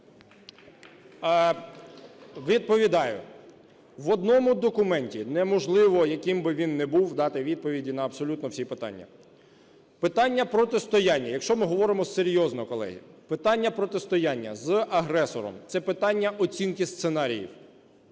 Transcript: Відповідаю. В одному документі неможливо, яким би він не був, дати відповіді на абсолютно всі питання. Питання протистояння, якщо ми говоримо серйозно, колеги, питання протистояння з агресором – це питання оцінки сценаріїв.